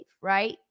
right